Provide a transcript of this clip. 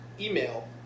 email